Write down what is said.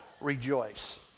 rejoice